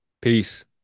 Peace